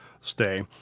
stay